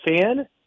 fan